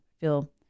feel